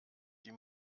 die